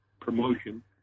promotion